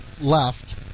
left